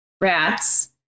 rats